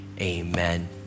amen